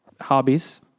hobbies